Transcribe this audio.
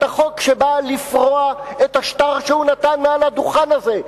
החוק שבאה לפרוע את השטר שהוא נתן מעל הדוכן הזה.